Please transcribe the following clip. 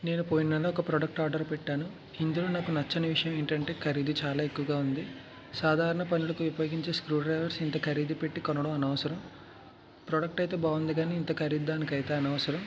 నేను పోయిన నెల ఒక ప్రోడక్ట్ ఆర్డర్ పెట్టాను ఇందులో నాకు నచ్చని విషయం ఏంటి అంటే ఖరీదు చాలా ఎక్కువగా ఉంది సాధారణ పనులకు ఉపయోగించే స్క్రూ డ్రైవర్స్ ఇంత ఖరీదు పెట్టి కొనడం అనవసరం ప్రోడక్ట్ అయితే బాగుంది కానీ ఇంత ఖరీదు దానికైతే అనవసరం